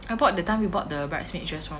I bought that time we bought the bridesmaid dress home